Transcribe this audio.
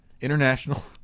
international